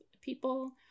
people